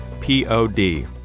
P-O-D